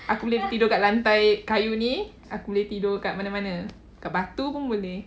aku boleh tidur kat lantai kayu ni aku boleh tidur kat mana-mana kat batu pun boleh